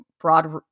broad